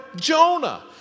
Jonah